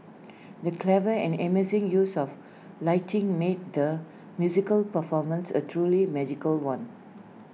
the clever and amazing use of lighting made the musical performance A truly magical one